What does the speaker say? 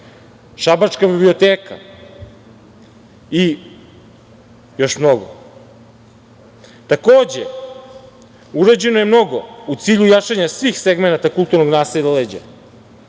Šabačke biblioteke i još mnogo drugih. Takođe, urađeno je mnogo u cilju jačanja svih segmenata kulturnog nasleđa,